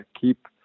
keep